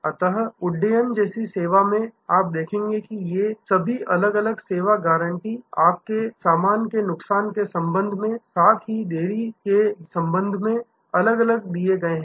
अतः उड्डयन जैसी सेवा में आप देखेंगे कि ये सभी अलग अलग सेवा गारंटी आपके सामान के नुकसान के संबंध में साथ ही साथ देरी के संबंध में अलग अलग दिए गए हैं